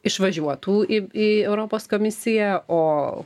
išvažiuotų į į europos komisiją o